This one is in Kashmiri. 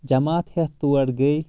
جماعت ہٮ۪تھ تور گٔے